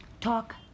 Talk